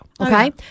Okay